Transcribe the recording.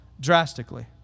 drastically